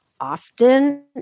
often